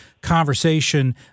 conversation